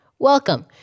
Welcome